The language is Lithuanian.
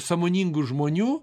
sąmoningų žmonių